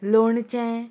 लोणचें